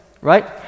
right